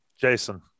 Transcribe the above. Jason